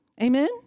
Amen